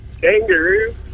Kangaroo